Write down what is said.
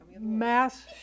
Mass